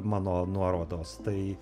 mano nuorodos tai